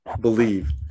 believe